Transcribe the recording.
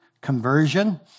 conversion